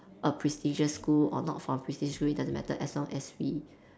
a prestigious school or not from a prestigious school it doesn't matter as long as we